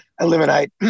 eliminate